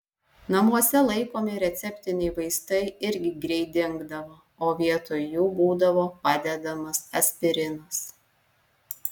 namuose laikomi receptiniai vaistai irgi greit dingdavo o vietoj jų būdavo padedamas aspirinas